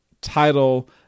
title